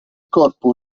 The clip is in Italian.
corpo